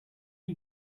you